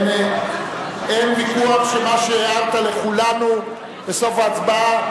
אין ויכוח שמה שהערת לכולנו בסוף ההצבעה,